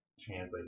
Translate